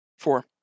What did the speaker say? Four